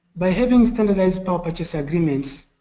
by having standardized power purchase agreements,